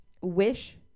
Wish